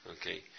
Okay